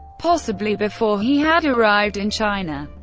possibly before he had arrived in china.